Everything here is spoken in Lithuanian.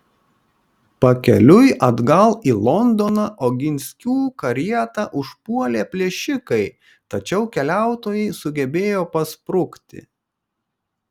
pakeliui atgal į londoną oginskių karietą užpuolė plėšikai tačiau keliautojai sugebėjo pasprukti